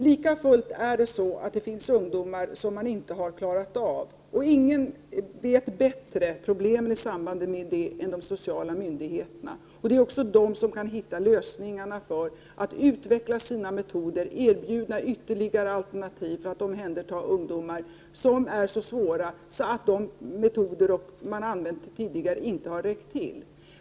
Likafullt finns det ungdomar som man inte har klarat av, och ingen känner bättre till problemen i samband med detta än de sociala myndigheterna. Det är också de som kan hitta lösningarna för att utveckla sina metoder och erbjuda ytterligare alternativ till att omhänderta ungdomar som är så svåra att de metoder som har använts tidigare inte har räckt till.